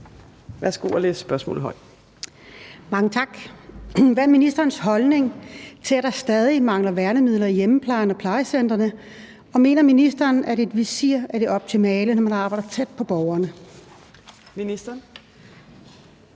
Kl. 15:01 Liselott Blixt (DF): Mange tak. Hvad er ministerens holdning til, at der stadig mangler værnemidler i hjemmeplejen og plejecentrene, og mener ministeren, at et visir er det optimale, når man arbejder tæt på borgerne? Kl.